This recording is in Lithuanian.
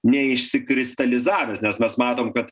neišsikristalizavęs nes mes matom kad